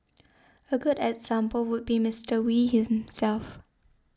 a good example would be Mister Wee himself